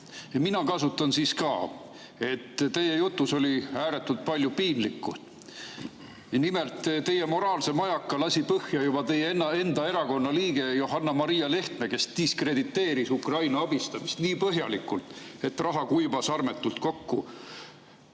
mina kasutan siis ka. Teie jutus oli ääretult palju piinlikku. Nimelt, teie moraalse majaka lasi põhja juba teie enda erakonna liige Johanna-Maria Lehtme, kes diskrediteeris Ukraina abistamist nii põhjalikult, et raha kuivas armetult kokku.